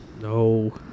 No